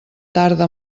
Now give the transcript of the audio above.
tarda